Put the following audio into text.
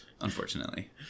Unfortunately